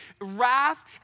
wrath